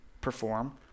perform